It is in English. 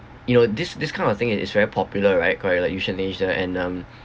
you know this this kind of thing is is very popular right correct like euthanasia and um